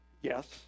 Yes